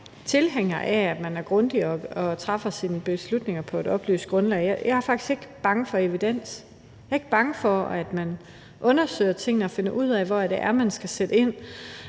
tilhænger af, at man er grundig og træffer sine beslutninger på et oplyst grundlag, og jeg er ikke bange for evidens. Jeg er ikke bange for, at man undersøger tingene og finder ud af, hvor det er, man skal sætte ind.